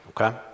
Okay